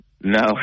No